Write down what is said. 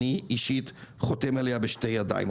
אני אישית חותם עליה בשתי ידיים,